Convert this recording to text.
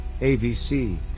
AVC